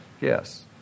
Yes